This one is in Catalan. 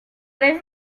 res